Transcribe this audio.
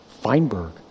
Feinberg